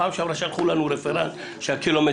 בפעם שעברה שלחו לנו רפרנט שהקילומטרז'